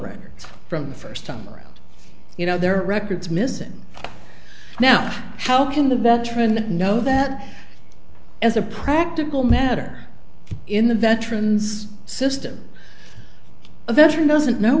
records from the first time around you know there are records missing now how can the veteran know that as a practical matter in the veterans system a veteran doesn't know